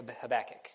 Habakkuk